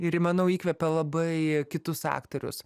ir ji manau įkvepia labai kitus aktorius